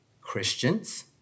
Christians